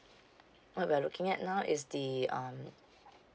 what we're looking at now is the um